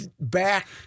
back